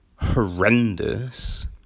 Horrendous